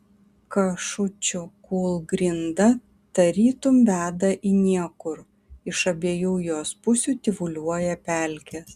kašučių kūlgrinda tarytum veda į niekur iš abiejų jos pusių tyvuliuoja pelkės